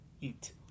Eat